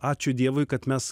ačiū dievui kad mes